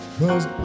cause